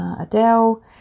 Adele